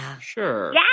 Sure